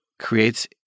creates